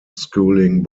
schooling